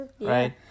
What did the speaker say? right